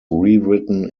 rewritten